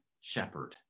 shepherd